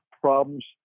problems